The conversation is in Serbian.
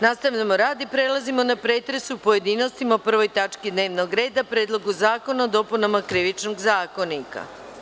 Nastavljamo rad i prelazimo na pretres u pojedinostima o 1. tački dnevnog reda – PREDLOGU ZAKONA O DOPUNAMA KRIVIČNOG ZAKONIKA.